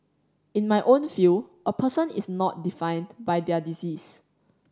in my own field a person is not defined by their disease